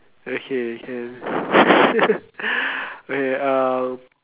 okay can okay uh